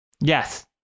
Yes